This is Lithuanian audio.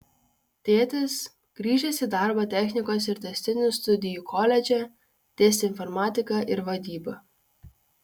tėtis grįžęs į darbą technikos ir tęstinių studijų koledže dėstė informatiką ir vadybą